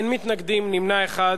אין מתנגדים, נמנע אחד.